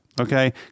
okay